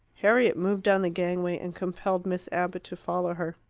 harriet moved down the gangway, and compelled miss abbott to follow her.